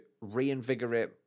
reinvigorate